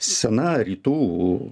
sena rytų